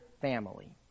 family